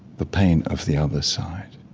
the pain of the other side,